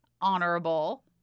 honorable